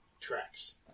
tracks